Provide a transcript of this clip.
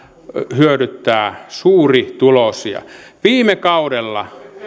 hyödyttää suurituloisia viime kaudella